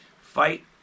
fight